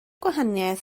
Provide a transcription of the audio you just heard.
gwahaniaeth